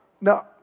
no